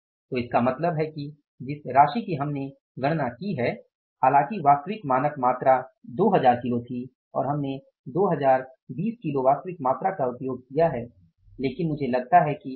तो इसका मतलब है कि जिस राशि की हमने गणना की है हालांकि वास्तविक मानक मात्रा 2000 किलो थी और हमने 2020 किलो वास्तविक मात्रा का उपयोग किया है लेकिन मुझे लगता है कि कीमत में अंतर है